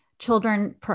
children